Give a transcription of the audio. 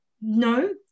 no